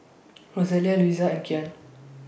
Rosalia Luisa and Kyan